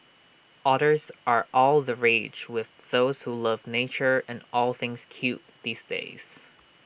otters are all the rage with those who love nature and all things cute these days